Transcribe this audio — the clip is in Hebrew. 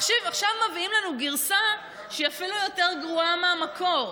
עכשיו מביאים לנו גרסה שהיא אפילו יותר גרועה מהמקור,